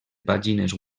pàgines